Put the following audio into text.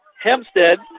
Hempstead